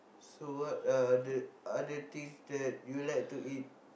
so what are the other things that you like to eat